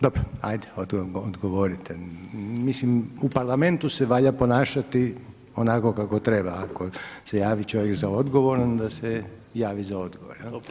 Dobro, ajde odgovorite, mislim u Parlamentu se valja ponašati onako kako treba, ako se javi čovjek za odgovor onda se javi za odgovor.